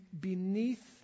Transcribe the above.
beneath